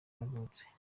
yavutse